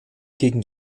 gegen